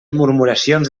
murmuracions